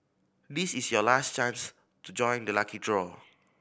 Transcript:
this is your last chance to join the lucky draw